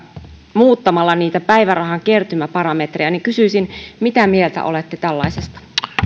muuttamalla niitä päivärahan kertymäparametreja kysyisin mitä mieltä olette tällaisesta